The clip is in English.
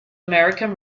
american